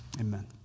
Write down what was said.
Amen